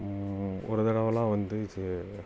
ஒரு தடவைல்லாம் வந்து சே